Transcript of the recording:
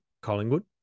Collingwood